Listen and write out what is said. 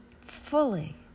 fully